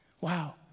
Wow